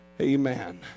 Amen